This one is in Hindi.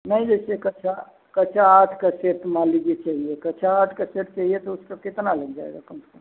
नहीं जैसे कक्षा कक्षा आठ का सेट मान लीजिए चाहिए कक्षा आठ का सेट चाहिए तो उसका कितना लग जाएगा कम से कम